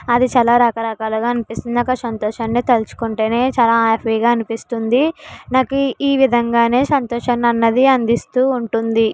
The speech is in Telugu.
అది చాలా రకరకాలుగా అనిపిస్తుంది నాకు ఆ సంతోషాన్ని తలుచుకుంటే చాలా హ్యాపీగా అనిపిస్తుంది నాకు ఈ విధంగా సంతోషం అన్నది అందిస్తు ఉంటుంది